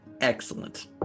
Excellent